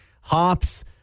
hops